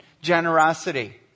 generosity